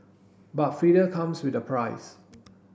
but freedom comes with a price